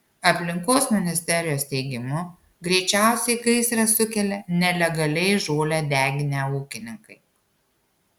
aplinkos ministerijos teigimu greičiausiai gaisrą sukėlė nelegaliai žolę deginę ūkininkai